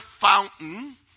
fountain